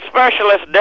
Specialist